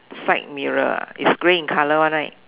side mirror is grey in colour [one] right